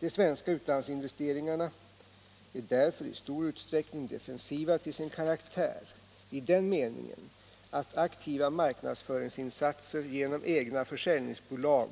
De svenska utlandsinvesteringarna är därför i stor utsträckning defensiva till sin karaktär i den meningen att aktiva marknadsföringsinsatser genom egna försäljningsbolag